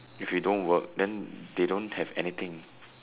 if we don't work then they don't have anything